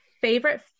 favorite